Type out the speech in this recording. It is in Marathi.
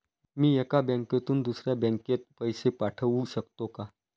मी एका बँकेतून दुसऱ्या बँकेत पैसे पाठवू शकतो का?